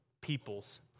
peoples